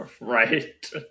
Right